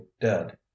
dead